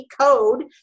code